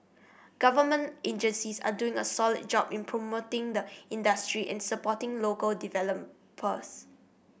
government agencies are doing a solid job in promoting the industry and supporting local developers